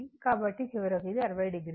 కాబట్టి చివరికి ఇది 60o